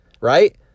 right